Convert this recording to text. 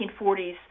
1940s